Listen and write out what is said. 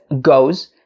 goes